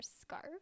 scarf